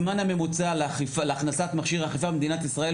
הזמן הממוצע להכנסת מכשיר אכיפה למדינת ישראל,